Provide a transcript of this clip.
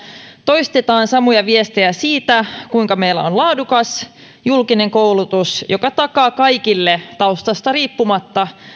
toistetaan samoja viestejä siitä kuinka meillä on laadukas julkinen koulutus joka takaa kaikille taustasta riippumatta